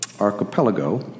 archipelago